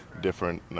different